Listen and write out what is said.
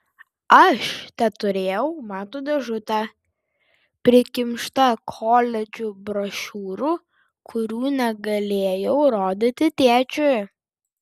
aš teturėjau batų dėžutę prikimštą koledžų brošiūrų kurių negalėjau rodyti tėčiui